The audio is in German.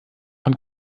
von